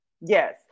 Yes